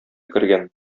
кергән